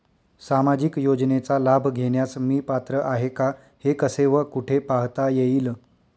सामाजिक योजनेचा लाभ घेण्यास मी पात्र आहे का हे कसे व कुठे पाहता येईल?